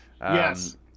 Yes